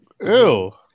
Ew